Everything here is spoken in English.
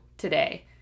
today